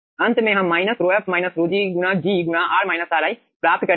अंत में हम माइनस ρf ρg g प्राप्त करेंगे